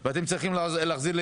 ₪ ואתם צריכים להחזיר לי